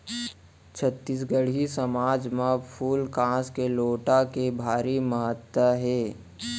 छत्तीसगढ़ी समाज म फूल कांस के लोटा के भारी महत्ता हे